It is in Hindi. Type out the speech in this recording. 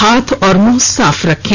हाथ और मुंह साफ रखें